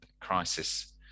crisis